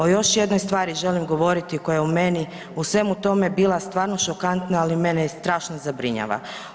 O još jednoj stvari želim govoriti koja je u meni u svemu tome bila stvarno šokantna, ali mene strašno zabrinjava.